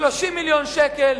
30 מיליון שקל,